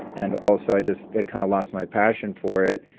and also i just had kind of lost my passion for it.